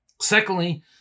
Secondly